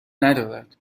ندارد